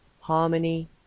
harmony